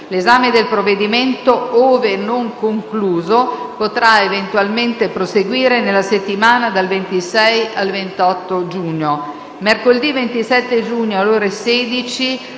L’esame del provvedimento, ove non concluso, potrà eventualmente proseguire nella settimana dal 26 al 28 giugno.